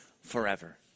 forever